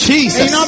Jesus